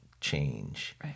change